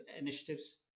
initiatives